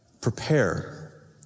Prepare